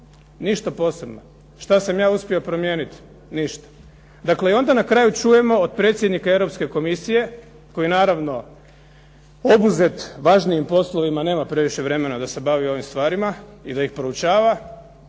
Ništa posebno. Što sam ja uspio promijeniti? Ništa. Dakle, i onda na kraju čujemo od predsjednika Europske komisije koji naravno obuzet važnijim poslovima nema previše vremena da se bavi ovim stvarima i da ih proučava,